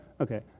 okay